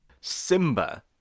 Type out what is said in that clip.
Simba